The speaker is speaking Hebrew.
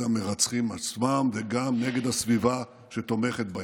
המרצחים עצמם וגם נגד הסביבה שתומכת בהם.